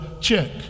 check